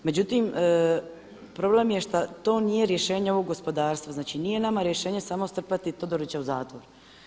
Međutim problem je šta to nije rješenje ovog gospodarstva. znači nije nama rješenje samo strpati Todorića u zatvor.